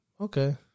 okay